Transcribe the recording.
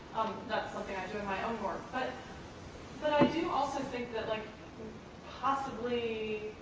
that's something i do in my own work, but but i do also think that like possibly,